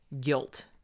guilt